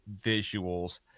visuals